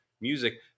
music